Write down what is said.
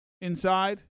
inside